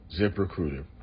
ZipRecruiter